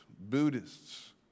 Buddhists